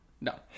no